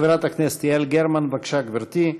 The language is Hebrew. חברת הכנסת יעל גרמן, בבקשה, גברתי.